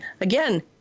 Again